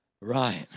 Right